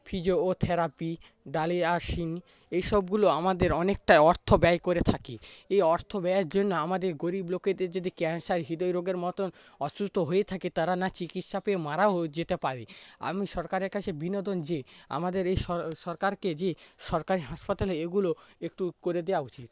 physiotherapy dialysis এইসবগুলো আমাদের অনেকটা অর্থ ব্যায় করে থাকে এই অর্থ ব্যায়ের জন্য আমাদের গরিব লোকেদের যদি ক্যান্সার হৃদরোগের মতন অসুস্থ হয়ে থাকে তারা না চিকিৎসা পেয়ে মারাও যেতে পারে আমি সরকারের কাছে বিনোদন যে আমাদের এই সরকারকে যে সরকারি হাসপাতালে এগুলো একটু করে দেওয়া উচিত